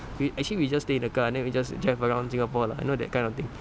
we actually we stay in the car then we just drive around singapore lah you know that kind of thing